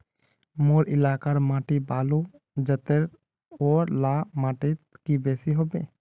मोर एलाकार माटी बालू जतेर ओ ला माटित की बेसी हबे?